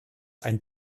ein